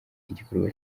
igikorwa